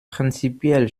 prinzipiell